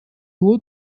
nur